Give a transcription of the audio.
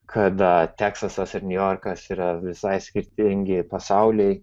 kada teksasas ir niujorkas yra visai skirtingi pasauliai